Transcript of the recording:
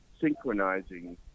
synchronizing